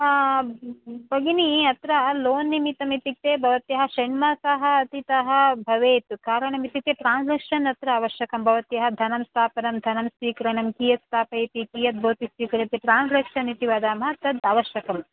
भगिनि अत्र लोन् निमित्तम् इत्युक्ते भवत्याः षण्मासाः अतीताः भवेत् कारणम् इत्युक्ते ट्रान्सेक्क्षन् अत्र आवश्यकं भवत्याः धनं स्थापनं धनं स्वीकरणं कियत् स्थापयति कियद् भवति स्वीकृते ट्रान्सेक्क्षन् इति वदामः तद् आवश्यकं